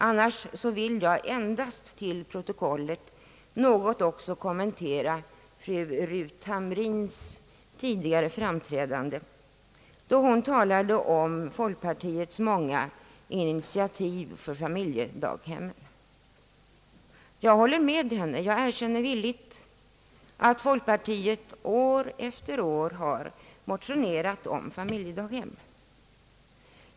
Annars vill jag endast till protokollet anteckna en kommentar till fru Ruth Hamrin-Thorells tidigare framträdande, då hon talade om folkpartiets många initiativ för familjedaghemmen. Jag håller här med henne; jag erkänner villigt att folkpartiet år efter år har motionerat om familjedaghem.